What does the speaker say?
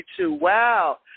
Wow